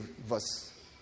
verse